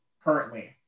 currently